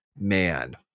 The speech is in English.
man